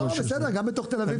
בסדר, גם בתוך תל אביב.